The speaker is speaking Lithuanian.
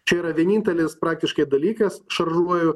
čia yra vienintelis praktiškai dalykas šaržuoju